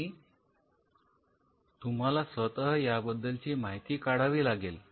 आणि तुम्हाला स्वतः याबद्दलची माहिती काढावी लागेल